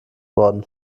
worden